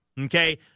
Okay